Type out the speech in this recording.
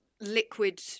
liquid